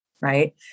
right